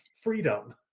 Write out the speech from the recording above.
freedom